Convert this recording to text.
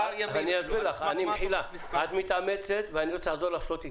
את מתאמצת, ואני רוצה לעזור לך שלא תתאמצי.